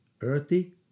Earthy